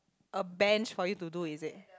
a bench for you to do is it